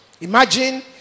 Imagine